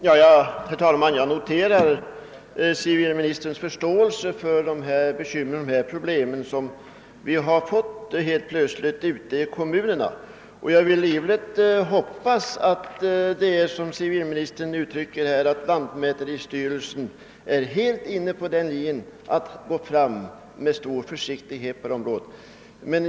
Herr talman! Jag noterar civilministerns förståelse för dessa problem, som vi heit plötsligt här fått ute i kommunerna, och jag vill livligt hoppas att lantmäteristyrelsen, som civilministern säger, är helt inne på linjen att man bör gå fram med stor försiktighet på detta område.